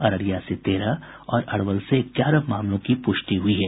अररिया से तेरह और अरवल से ग्यारह मामलों की पुष्टि हुई है